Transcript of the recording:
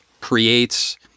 creates